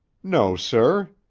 no, sir.